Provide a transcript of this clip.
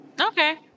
Okay